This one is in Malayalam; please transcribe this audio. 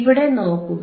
ഇവിടെ നോക്കുക